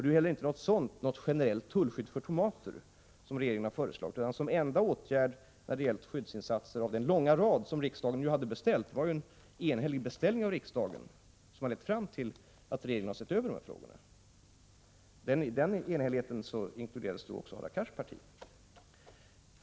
Det är inte något generellt tullskydd för tomater som regeringen har föreslagit, utan det är en åtgärd i den långa rad av skyddsinsatser som riksdagen har beställt. Det är en beställning av en enhällig riksdag som har lett till att regeringen har sett över dessa frågor, och i den enhälligheten inkluderas också Hadar Cars parti.